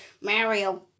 Mario